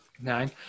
Nine